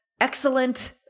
excellent